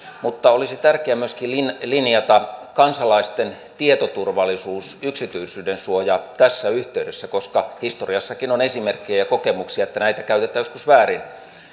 mutta olisi tärkeää myöskin linjata kansalaisten tietoturvallisuus yksityisyydensuoja tässä yhteydessä koska historiassakin on esimerkkejä ja kokemuksia että näitä tiedustelutietoja käytetään joskus väärin